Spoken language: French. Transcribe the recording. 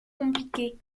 compliquées